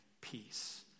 peace